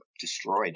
destroyed